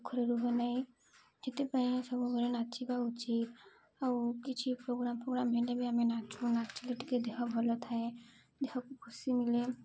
ଦୁଃଖରେ ରୁହ ନାହିଁ ସେଥିପାଇଁ ସବୁବେଳେ ନାଚିବା ଉଚିତ୍ ଆଉ କିଛି ପ୍ରୋଗ୍ରାମ୍ ଫୋଗ୍ରାମ୍ ହେଲେ ବି ଆମେ ନାଚୁ ନାଚିଲେ ଟିକେ ଦେହ ଭଲ ଥାଏ ଦେହକୁ ଖୁସି ମିଳେ